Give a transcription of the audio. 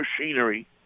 machinery